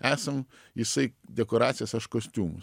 esam jisai dekoracijas aš kostiumus